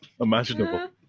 imaginable